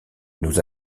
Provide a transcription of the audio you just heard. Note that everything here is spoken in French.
nous